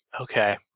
Okay